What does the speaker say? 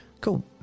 Cool